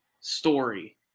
story